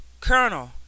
Colonel